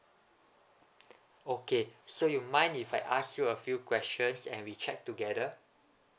okay so you mind if I ask you a few questions and we check together